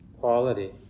quality